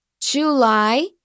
July